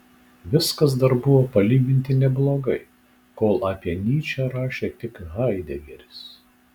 viskas dar buvo palyginti neblogai kol apie nyčę rašė tik haidegeris